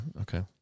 okay